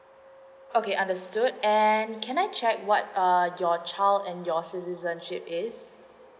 okay understood and can I check what uh your child and your citizenship is